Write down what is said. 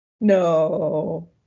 no